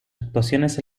actuaciones